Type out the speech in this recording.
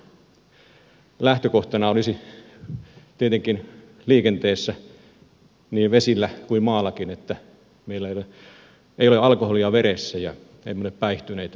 lähtökohtana olisi tietenkin liikenteessä niin vesillä kuin maallakin että meillä ei ole alkoholia veressä ja emme ole päihtyneitä